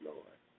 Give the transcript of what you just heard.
Lord